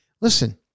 Listen